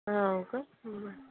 हो का बरं